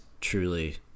truly